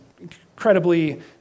incredibly